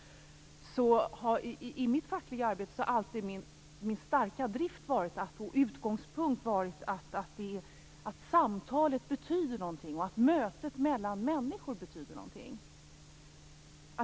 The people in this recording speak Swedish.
I mitt fackliga arbete har det alltid varit min starka drift och utgångspunkt att samtalet betyder någonting, att mötet mellan människor betyder någonting.